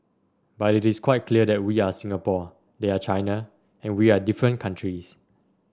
but it is quite clear that we are Singapore they are China and we are different countries